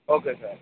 okay sir